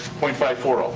point five four